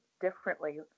differently